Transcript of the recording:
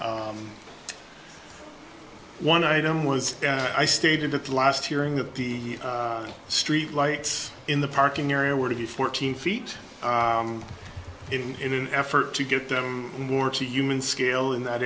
one item was i stated at the last hearing that the street lights in the parking area were to be fourteen feet in in an effort to get them more to human scale in that